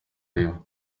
riva